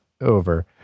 over